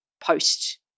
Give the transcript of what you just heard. post